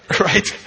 Right